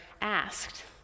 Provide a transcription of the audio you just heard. asked